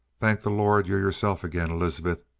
thank the lord you're yourself again, elizabeth,